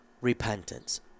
repentance